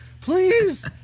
please